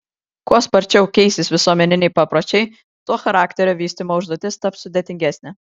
kuo sparčiau keisis visuomeniniai papročiai tuo charakterio vystymo užduotis taps sudėtingesnė